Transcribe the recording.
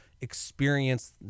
experience